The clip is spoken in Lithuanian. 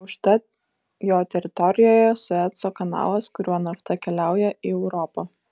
užtat jo teritorijoje sueco kanalas kuriuo nafta keliauja į europą